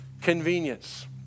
convenience